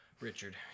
Richard